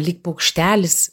lyg paukštelis